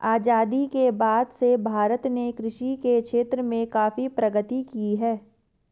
आजादी के बाद से भारत ने कृषि के क्षेत्र में काफी प्रगति की है